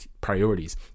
priorities